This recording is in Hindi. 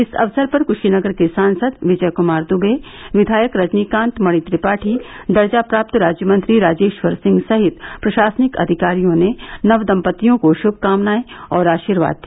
इस अवसर पर कुशीनगर के सांसद विजय कुमार दुबे विधायक रजनीकांत मणि त्रिपाठी दर्जा प्राप्त राज्य मंत्री राजेश्वर सिंह सहित प्रशासनिक अधिकारियों ने नव दम्पत्तियों को शुभकामनाए और आशीर्वाद दिया